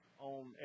on